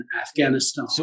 Afghanistan